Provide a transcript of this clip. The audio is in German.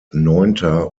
neunter